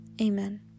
Amen